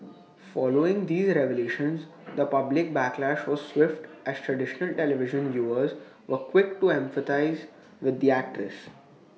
following these revelations the public backlash was swift as traditional television viewers were quick to empathise with the actress